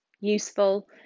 useful